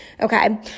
Okay